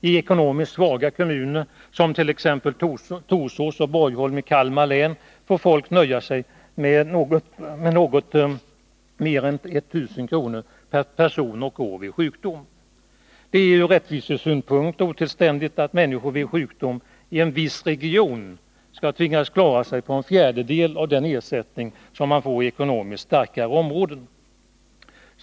I ekonomiskt svaga kommuner som t.ex. Torsås och Borgholm i Kalmar län får folk nöja sig med något mer än 1 000 kr. per person och år vid sjukdom. Det är ur rättvisesynpunkt otillständigt att människor vid sjukdom i en viss region skall tvingas klara sig på en fjärdedel av den ersättning som man får i ekonomiskt starkare områden.